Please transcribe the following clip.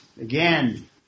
Again